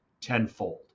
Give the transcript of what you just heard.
tenfold